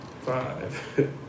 five